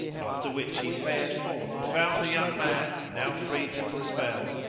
after which he fared forth and found the young man, now freed from the spell,